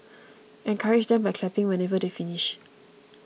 encourage them by clapping whenever they finish